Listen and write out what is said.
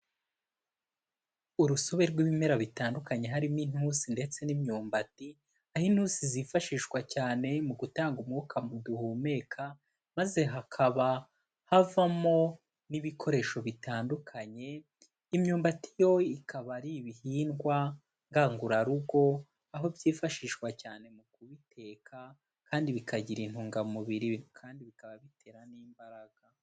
Urusobe rw'ibimera bitandukanye harimo intusi ndetse n'imyumbati, aho intusi zifashishwa cyane mu gutanga umwuka duhumeka, maze hakaba havamo n'ibikoresho bitandukanye, imyumbati yo ikaba ari ibihingwa ngangurarugo, aho byifashishwa cyane mu kubiteka kandi bikagira intungamubiri kandi bikaba bitera n'imbaraga.